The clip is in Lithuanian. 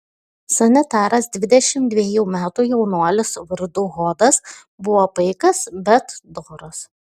sanitaras dvidešimt dvejų metų jaunuolis vardu hodas buvo paikas bet doras